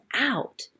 out